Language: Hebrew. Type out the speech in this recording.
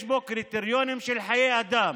יש פה קריטריונים של חיי אדם